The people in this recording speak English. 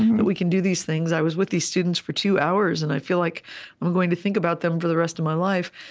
that we can do these things. i was with these students for two hours, and i feel like i'm going to think about them for the rest of my life.